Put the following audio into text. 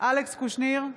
אלכס קושניר,